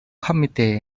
committee